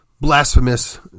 blasphemous